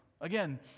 Again